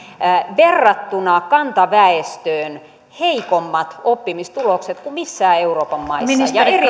verrattuna kantaväestöön heikommat oppimistulokset kuin missään euroopan maassa ja erityisesti